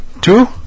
Two